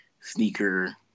sneaker